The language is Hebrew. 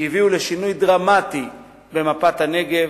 שהביאו לשינוי דרמטי במפת הנגב,